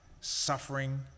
suffering